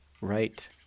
right